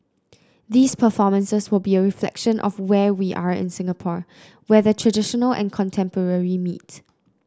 these performances will be a reflection of where we are in Singapore where the traditional and contemporary meet